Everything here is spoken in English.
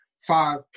five